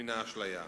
מן האשליה.